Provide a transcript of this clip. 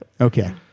Okay